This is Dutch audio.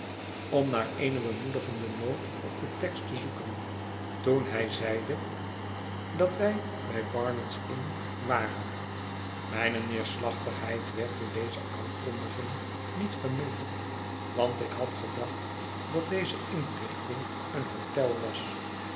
om naar eene bemoedigende noot op den tekst te zoeken toen hij zeide dat wij bij barnard's inn waren mijne neerslachtigheid werd door deze aankondiging niet verminderd want ik had gedacht dat deze inrichting een hotel was